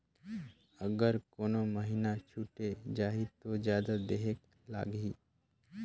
अगर कोनो महीना छुटे जाही तो जादा देहेक लगही?